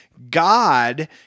God